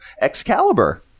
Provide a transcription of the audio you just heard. Excalibur